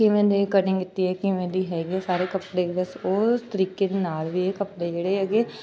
ਕਿਵੇਂ ਦੀ ਕਟਿੰਗ ਕੀਤੀ ਹੈ ਕਿਵੇਂ ਦੀ ਹੈਗੀ ਸਾਰੇ ਕੱਪੜੇ ਬਸ ਉਸ ਤਰੀਕੇ ਦੇ ਨਾਲ ਵੀ ਇਹ ਕੱਪੜੇ ਜਿਹੜੇ ਹੈਗੇ